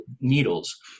needles